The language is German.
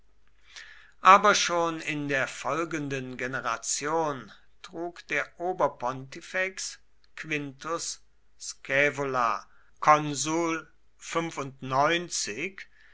aber schon in der folgenden generation trug der oberpontifex quintus scaevola